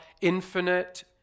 infinite